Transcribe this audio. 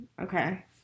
Okay